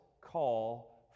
call